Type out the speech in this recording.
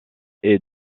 est